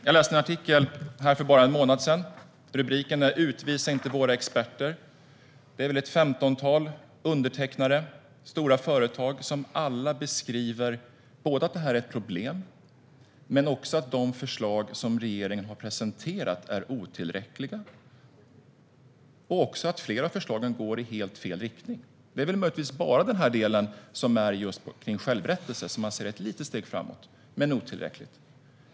För bara en månad sedan läste jag en debattartikel med rubriken Utvisa inte våra experter. Ett femtontal företrädare för stora företag har undertecknat artikeln. De beskriver att det här är ett problem men också att de förslag som regeringen har presenterat är otillräckliga och att flera av dem går i helt fel riktning. Det är möjligtvis bara kring självrättelse som man ser ett litet steg framåt, men det är otillräckligt.